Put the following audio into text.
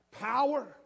power